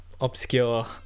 obscure